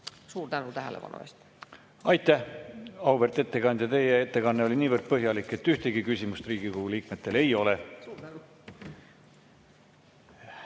Suur tänu tähelepanu eest! Aitäh, auväärt ettekandja! Teie ettekanne oli niivõrd põhjalik, et ühtegi küsimust Riigikogu liikmetel ei ole.